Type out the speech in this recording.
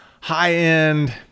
high-end